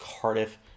Cardiff